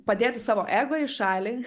padėti savo ego į šalį